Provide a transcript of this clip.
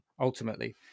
ultimately